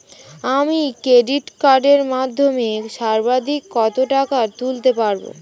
আমি ক্রেডিট কার্ডের মাধ্যমে সর্বাধিক কত টাকা তুলতে পারব?